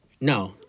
No